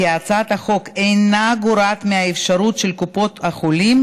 כי הצעת החוק אינה גורעת מהאפשרות של קופות החולים